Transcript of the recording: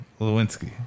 Lewinsky